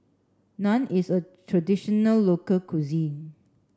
Naan is a traditional local cuisine